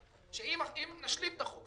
אם נשלים את החוק.